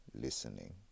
listening